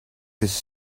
this